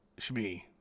Shmi